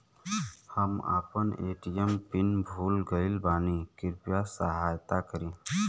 हम आपन ATM pin भूल गईल बानी कृपया सहायता करी